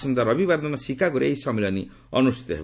ଆସନ୍ତା ରବିବାର ଦିନ ସିକାଗୋରେ ଏହି ସମ୍ମିଳନୀ ଅନୁଷ୍ଠିତ ହେବ